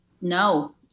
No